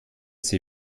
sie